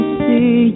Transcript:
see